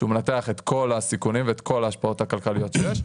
שהוא מנתח את כל הסיכונים ואת כל ההשפעות הכלכליות שיש,